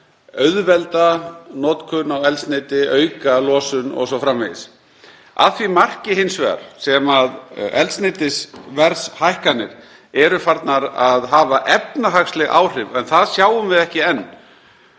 auðvelda notkun á eldsneyti, auka losun o.s.frv. Að því marki hins vegar sem eldsneytisverðshækkanir eru farnar að hafa efnahagsleg áhrif — en það sjáum við ekki enn